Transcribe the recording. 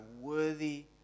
worthy